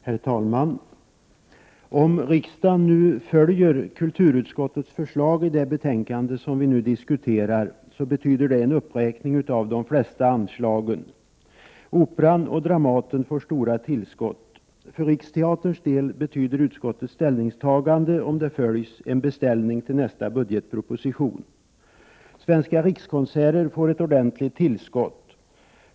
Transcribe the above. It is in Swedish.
Herr talman! Om riksdagen följer kulturutskottets förslag i det betänkande som vi nu diskuterar, betyder det en uppräkning av de flesta anslagen. Operan och Dramaten får stora tillskott. För Riksteaterns del betyder utskottets ställningstagande, om det följs, en beställning till nästa budgetproposition. Svenska rikskonserter får ett ordentligt tillskott.